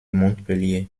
montpellier